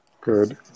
good